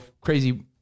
Crazy